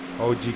OG